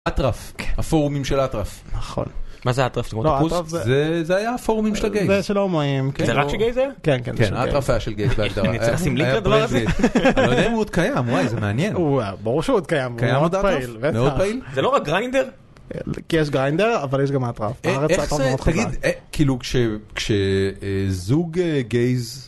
אטרף, הפורומים של אטרף. מה זה אטרף? זה היה הפורומים של הגייז. זה רק שגייז היה? כן, כן. אני לא יודע אם הוא עוד קיים, וואי זה מעניין. ברור שהוא עוד קיים, הוא מאוד פעיל. זה לא רק גריינדר? כי יש גריינדר, אבל יש גם אטרף. איך זה? כאילו כשזוג גייז...